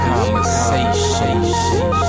Conversation